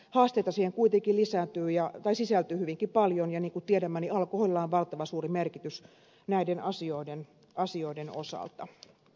haasteita siihen kuitenkin sisältyy hyvinkin paljon ja niin kuin tiedämme alkoholilla on valtavan suuri merkitys näiden asioiden osalta